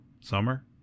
Summer